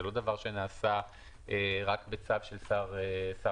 זה לא דבר שנעשה רק בצו של שר בממשלה.